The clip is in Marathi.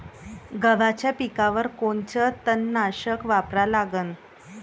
गव्हाच्या पिकावर कोनचं तननाशक वापरा लागन?